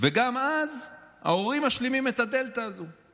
גם אז ההורים משלימים את הדלתא הזאת.